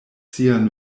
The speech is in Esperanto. sian